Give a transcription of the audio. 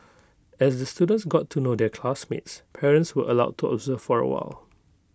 as the students got to know their classmates parents were allowed to observe for A while